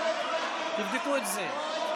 תבדקו את זה.